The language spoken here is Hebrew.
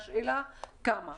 השאלה כמה.